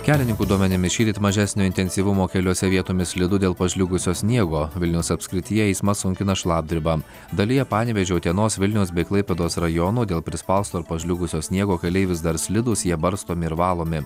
kelininkų duomenimis šįryt mažesnio intensyvumo keliuose vietomis slidu dėl pažliugusio sniego vilniaus apskrityje eismą sunkina šlapdriba dalyje panevėžio utenos vilniaus bei klaipėdos rajonų dėl prispausto ar pažliugusio sniego keliai vis dar slidūs jie barstomi ir valomi